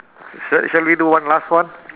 sh~ shall we do one last one